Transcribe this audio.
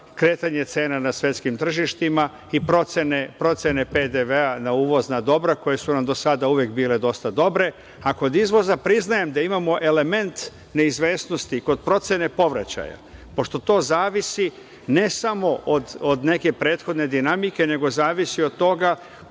kretanje cena na svetskim tržištima i procene PDV-a na uvozna dobra koje su nam do sada uvek bile dosta dobre, a kod izvoza priznajem da imamo element neizvesnosti kod procene povraćaja, pošto to zavisi ne samo od neke prethodne dinamike, nego zavisi od toga